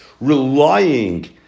relying